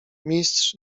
mistrz